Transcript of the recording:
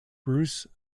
bruce